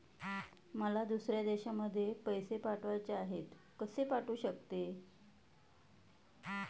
मला दुसऱ्या देशामध्ये पैसे पाठवायचे आहेत कसे पाठवू शकते?